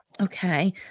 okay